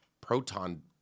proton